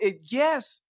yes